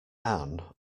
ann